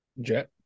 jet